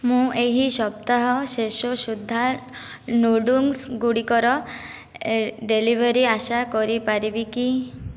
ମୁଁ ଏହି ସପ୍ତାହ ଶେଷ ସୁଦ୍ଧା ନୁଡ଼ୁଲ୍ସ୍ ଗୁଡ଼ିକର ଡେଲିଭରି ଆଶା କରିପାରିବି କି